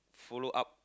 follow up